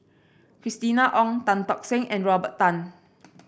Christina Ong Tan Tock Seng and Robert Tan